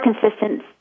consistent